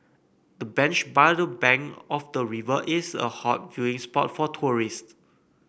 the bench by the bank of the river is a hot viewing spot for tourists